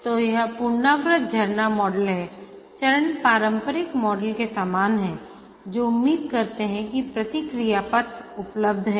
तो यह पुनरावृत्त झरना मॉडल है चरण पारंपरिक मॉडल के समान हैं जो उम्मीद करते हैं कि प्रतिक्रिया पथ उपलब्ध हैं